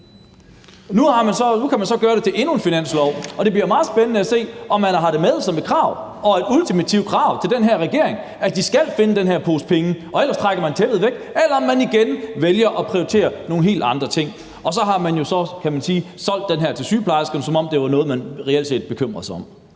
Nu kan man så gøre det til endnu en finanslov, og det bliver meget spændende at se, om man har det med som et krav og et ultimativt krav til den her regering, altså at de skal finde den her pose penge, for ellers trækker man tæppet væk, eller om man igen vælger at prioritere nogle helt andre ting. Og så har man solgt den her til sygeplejerskerne, som om det var noget, man reelt set bekymrede sig om.